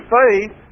faith